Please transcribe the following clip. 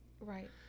Right